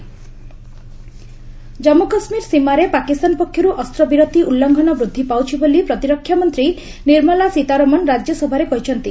RS କେକେ border Jammu Kashmir ସୀମାରେ ପାକିସ୍ତାନ ପକ୍ଷରୁ ଅସ୍ତ୍ରବିରତି ଉଲ୍ଲଙ୍ଘନ ବୃଦ୍ଧି ପାଉଛି ବୋଲି ପ୍ରତିରକ୍ଷା ମନ୍ତ୍ରୀ ନିର୍ମଳା ସୀତାରମଣ ରାଜ୍ୟସଭାରେ କହିଛନ୍ତି